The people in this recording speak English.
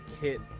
hit